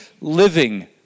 living